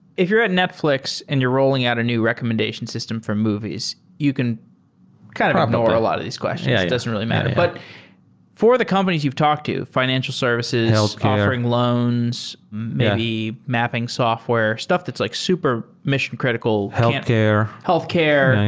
if you're at netfl ix and you're rolling out a new recommendation system for movies, you can kind of ignore a lot of these questions. yeah it doesn't really matter. but for the companies you've talked to, fi nancial services, offering loans, maybe mapping software, stuff that's like super mission-critical healthcare healthcare.